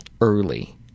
early